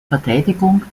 verteidigung